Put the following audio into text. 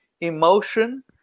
emotion